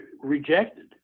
rejected